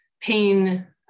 pain